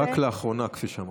רק לאחרונה, כפי שאמרת,